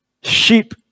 sheep